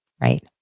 right